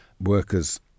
workers